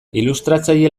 ilustratzaile